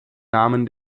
namen